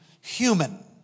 human